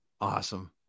awesome